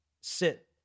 sit